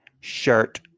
shirt